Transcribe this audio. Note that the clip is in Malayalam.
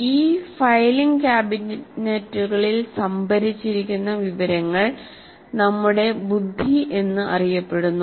ഈ ഫയലിംഗ് കാബിനറ്റുകളിൽ സംഭരിച്ചിരിക്കുന്ന വിവരങ്ങൾ നമ്മുടെ ബുദ്ധി എന്ന് അറിയപ്പെടുന്നു